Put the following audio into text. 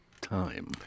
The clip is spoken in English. time